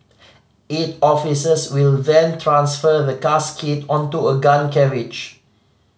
eight officers will then transfer the casket onto a gun carriage